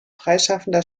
freischaffender